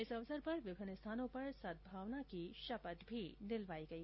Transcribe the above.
इस अवसर पर विभिन्न स्थानों पर सदमावना की शपथ भी दिलवाई गई